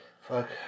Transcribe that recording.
Fuck